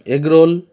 egg roll